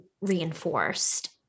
reinforced